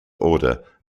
order